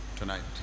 tonight